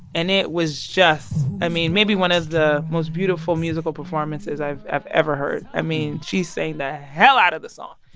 and it was just i mean maybe one of the most beautiful musical performances i've i've ever heard. i mean, she sang the hell out of the song.